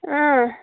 ꯑꯥ